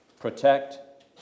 protect